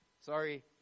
Sorry